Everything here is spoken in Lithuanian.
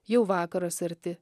jau vakaras arti